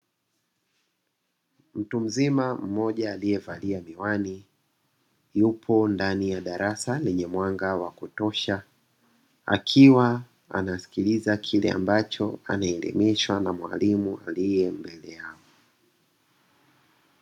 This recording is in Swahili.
Mtu mzima mmoja aliyevalia miwani yupo ndani ya darasa lenye mwanga wa kutosha, akiwa anasikiliza kile ambacho anaelimishwa na mwalimu aliye mbele yao.